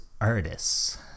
artists